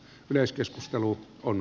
yleiskeskustelu on